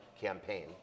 campaign